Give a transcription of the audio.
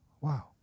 wow